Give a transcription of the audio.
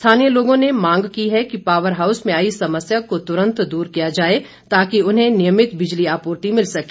स्थानीय लोगों ने मांग की है कि पावर हाऊस में आई समस्या को तुरंत दूर किया जाए ताकि उन्हें नियमित बिजली आपूर्ति मिल सके